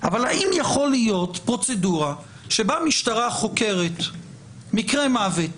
אבל האם יכול להיות פרוצדורה שבה המשטרה חוקרת מקרה מוות